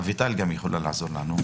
גם אביטל יכולה לעזור לנו.